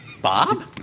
Bob